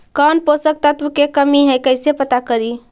कौन पोषक तत्ब के कमी है कैसे पता करि?